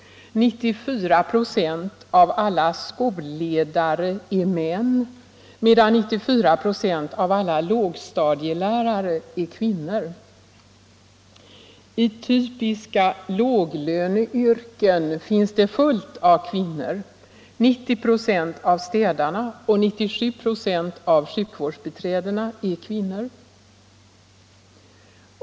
94 96 av alla skolledare är män, medan 94 96 av alla lågstadielärare är kvinnor. I typiska låglöneyrken finns det fullt av kvinnor. 90 96 av städarna och 97 96 av sjukvårdsbiträdena är kvinnor.